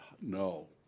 no